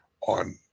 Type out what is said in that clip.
on